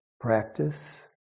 Practice